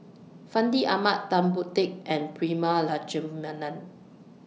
Fandi Ahmad Tan Boon Teik and Prema Letchumanan